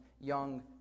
young